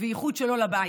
וייחוד שלו לבית,